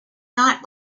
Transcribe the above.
not